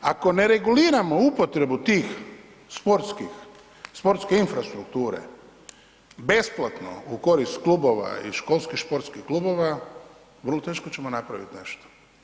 Ako ne reguliramo upotrebu tih sportskih, sportske infrastrukture besplatno u korist klubova i školskih športskih klubova, vrlo teško ćemo napraviti nešto.